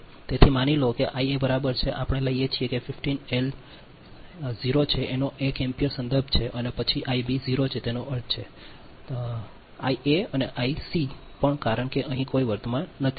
તેથી માની લો કે આઇએ બરાબર છે આપણે લઈએ છીએ 15 એલ 0 જેનો એક એમ્પીયર સંદર્ભ છે પછી આઇબ 0 છે તેનો અર્થ છે થિસ્ટિસ આઈએ અને આ આઈસી પણ કારણ કે અહીં કોઈ વર્તમાન નથી